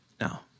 Now